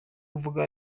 mvuga